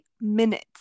minutes